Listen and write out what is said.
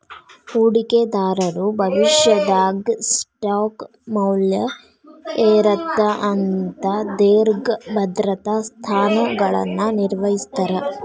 ಹೂಡಿಕೆದಾರರು ಭವಿಷ್ಯದಾಗ ಸ್ಟಾಕ್ ಮೌಲ್ಯ ಏರತ್ತ ಅಂತ ದೇರ್ಘ ಭದ್ರತಾ ಸ್ಥಾನಗಳನ್ನ ನಿರ್ವಹಿಸ್ತರ